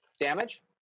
Damage